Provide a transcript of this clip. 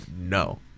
No